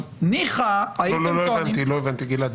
לא הבנתי, גלעד.